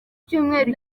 cyumweru